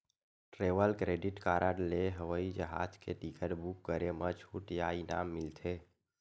travel credit card ले हवई जहाज के टिकट बूक करे म छूट या इनाम मिलथे